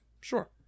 sure